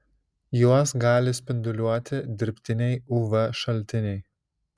juos gali spinduliuoti dirbtiniai uv šaltiniai